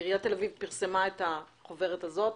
עיריית תל אביב פרסמה את החוברת הזאת,